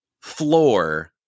floor